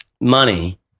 money